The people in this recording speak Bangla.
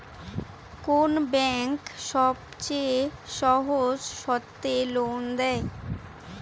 কোন ব্যাংক সবচেয়ে সহজ শর্তে লোন দেয়?